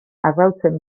arrautzen